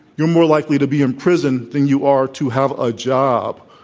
you're more likely to be in prison than you are to have a job.